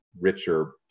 richer